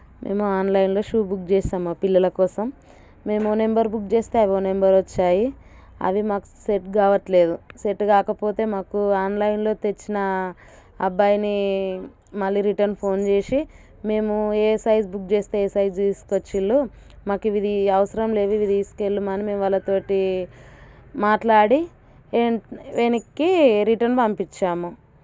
మేము ఆన్లైన్లో shoe book చేసాము మా పిల్లల కోసం మేము ఒక నెంబర్ బుక్ చేస్తే ఏవో నెంబర్ వచ్చాయి అవి మాకు సెట్ కావటం లేదు సెట్ కాకపోతే మాకు ఆన్లైన్లో తెచ్చిన అబ్బాయిని మళ్ళీ రిటన్ ఫోన్ చేసి మేము ఏ సైజ్ బుక్ చేస్తే ఏ సైజ్ తీసుకొచ్చారు మాకు ఇది అవసరం లేదు ఇవి తీసుకు వెళ్ళమని మేము వాళ్ళతో మాట్లాడి వెనకకి రిటర్న్ పంపించాము